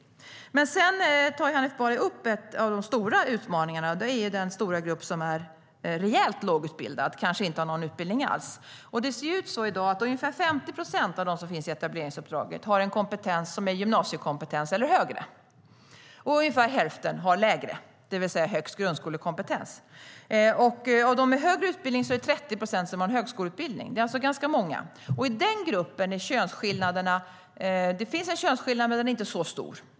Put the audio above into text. Hanif Bali tog upp en av de stora utmaningarna, nämligen den stora grupp som är lågutbildad eller kanske inte har någon utbildning alls. I dag har ungefär 50 procent av dem som finns i etableringsuppdraget gymnasiekompetens eller högre. Ungefär hälften har lägre kompetens, det vill säga högst grundskolekompetens. Av dem med högre utbildning har 30 procent högskoleutbildning. Det är ganska många. I den gruppen finns en könsskillnad, men den är inte så stor.